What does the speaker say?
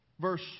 verse